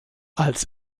als